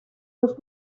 los